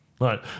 right